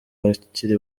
bakiri